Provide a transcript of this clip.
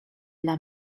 dla